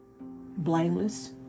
blameless